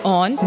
on